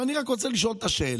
אבל אני רק רוצה לשאול אותך שאלה: